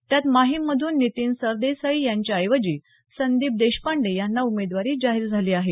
त्यात माहीम मधून नितीन सरदेसाई यांच्या ऐवजी संदीप देशपांडे यांना उमेदवारी जाहीर झाली आहे